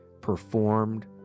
performed